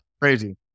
crazy